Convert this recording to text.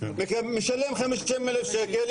משלם 50 אלף שקל,